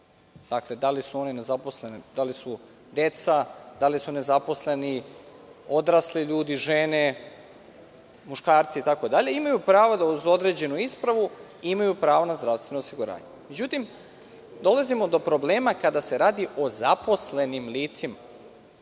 Dakle, da li su oni nezaposleni, da li su deca, da li su odrasli ljudi, žene, muškarci, itd, imaju pravo da uz određenu ispravu imaju pravo na zdravstveno osiguranje.Međutim, dolazimo do problema kada se radi o zaposlenim licima.